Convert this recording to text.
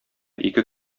ике